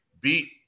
beat